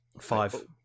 Five